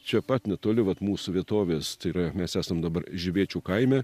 čia pat netoli vat mūsų vietovės tai yra mes esam dabar žibėčių kaime